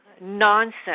nonsense